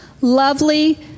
lovely